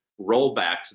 rollbacks